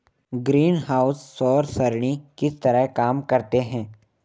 greenhouse सौर सरणी किस तरह काम करते हैं